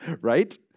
right